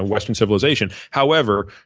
western civilization. however,